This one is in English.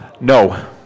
No